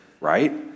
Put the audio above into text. right